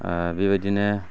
बेबायदिनो